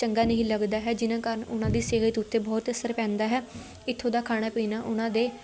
ਚੰਗਾ ਨਹੀਂ ਲੱਗਦਾ ਹੈ ਜਿਹਨਾਂ ਕਾਰਨ ਉਹਨਾਂ ਦੀ ਸਿਹਤ ਉੱਤੇ ਬਹੁਤ ਅਸਰ ਪੈਂਦਾ ਹੈ ਇੱਥੋਂ ਦਾ ਖਾਣਾ ਪੀਣਾ ਉਹਨਾਂ ਦੇ